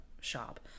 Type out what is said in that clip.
shop